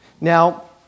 Now